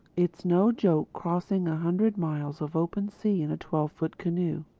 it's no joke, crossing a hundred miles of open sea in a twelve-foot canoe.